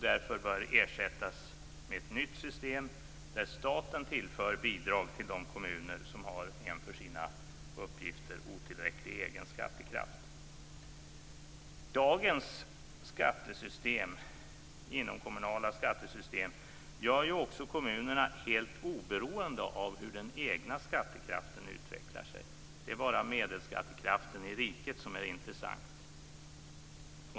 Därför bör den ersättas med ett nytt system där staten tillför bidrag till de kommuner som har en för sina uppgifter otillräcklig egen skattekraft. Dagens inomkommunala skattesystem gör också kommunerna helt oberoende av hur den egna skattekraften utvecklas. Det är bara medelskattekraften i riket som är intressant.